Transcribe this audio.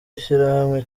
ishyirahamwe